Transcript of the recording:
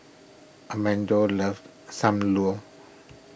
Amado loves Sam Lau